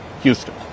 Houston